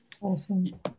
Awesome